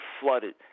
flooded